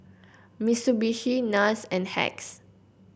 Mitsubishi NARS and Hacks